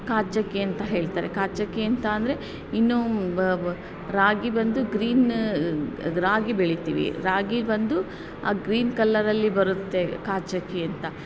ಕಾಚಕ್ಕಿ ಅಂತ ಹೇಳ್ತಾರೆ ಕಾಚಕ್ಕಿ ಅಂತ ಅಂದರೆ ಇನ್ನು ರಾಗಿ ಬಂದು ಗ್ರೀನ್ ರಾಗಿ ಬೆಳಿತೀವಿ ರಾಗಿ ಬಂದು ಆ ಗ್ರೀನ್ ಕಲರಲ್ಲಿ ಬರುತ್ತೆ ಕಾಚಕ್ಕಿ ಅಂತ